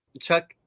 Chuck